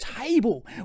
table